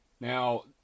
Now